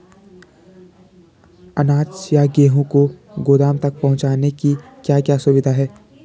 अनाज या गेहूँ को गोदाम तक पहुंचाने की क्या क्या सुविधा है?